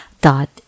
dot